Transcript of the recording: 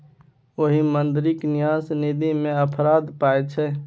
ओहि मंदिरक न्यास निधिमे अफरात पाय छै